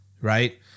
Right